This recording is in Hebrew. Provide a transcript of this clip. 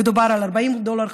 מדובר על 40 דולר,